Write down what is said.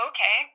Okay